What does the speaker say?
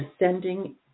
ascending